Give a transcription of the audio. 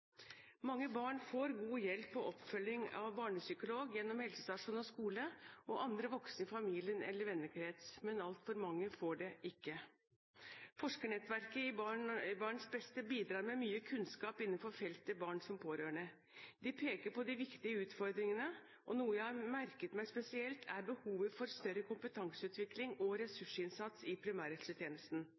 Mange barn får god hjelp og oppfølging av barnepsykolog, gjennom helsestasjon og skole og andre voksne i familie eller vennekrets, men altfor mange får det ikke. Forskernettverket i BarnsBeste bidrar med mye kunnskap innenfor feltet barn som pårørende. De peker på de viktige utfordringene, og noe jeg har merket meg spesielt, er behovet for mer kompetanseutvikling og ressursinnsats i